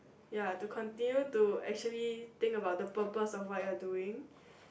ya to continue to actually think about the purpose of what you are doing